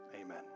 amen